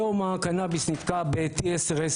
היום הקנביס נתקע ב-T10,